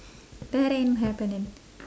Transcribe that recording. that ain't happening